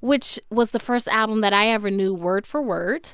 which was the first album that i ever knew word for word